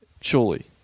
Surely